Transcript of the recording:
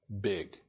big